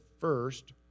first